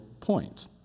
point